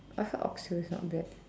I heard Oxhill is not bad